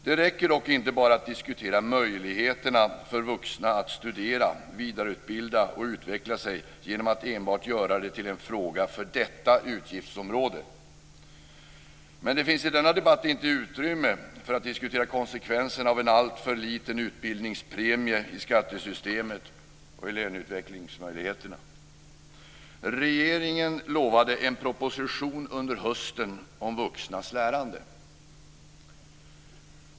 Det räcker dock inte att bara diskutera möjligheterna för vuxna att studera, vidareutbilda och utveckla sig genom att enbart göra det till en fråga för detta utgiftsområde. Men det finns i denna debatt inte utrymme för att diskutera konsekvenserna av en alltför liten utbildningspremie i skattesystemet och i löneutvecklingsmöjligheterna. Regeringen lovade en proposition under hösten om vuxnas lärande.